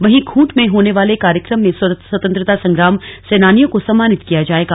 वहीं खूंट में होने वाले कार्यक्रम में स्वतन्त्रता संग्राम सेनानियों को सम्मानित किया जायेगा